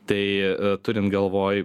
tai turint galvoj